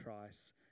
Christ